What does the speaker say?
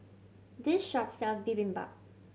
this shop sells Bibimbap